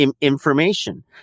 information